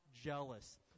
jealous